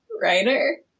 writer